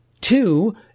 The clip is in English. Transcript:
Two